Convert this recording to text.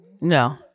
No